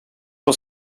was